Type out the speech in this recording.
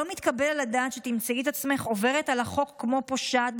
לא מתקבל על הדעת שתמצאי את עצמך עוברת על החוק כמו פושעת.